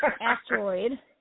asteroid